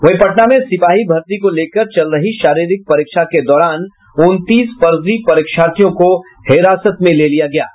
वहीं पटना में सिपाही भर्ती को लेकर चल रही शारीरिक परीक्षा के दौरान उनतीस फर्जी परीक्षार्थियों को हिरासत में लिया गया है